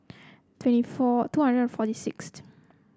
twenty four two hundred and forty sixth